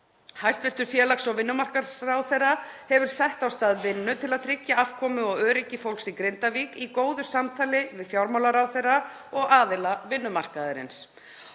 Hæstv. félags- og vinnumarkaðsráðherra hefur sett af stað vinnu til að tryggja afkomu og öryggi fólks í Grindavík í góðu samtali við fjármálaráðherra og aðila vinnumarkaðarins.